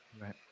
Right